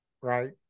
right